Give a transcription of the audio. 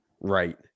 right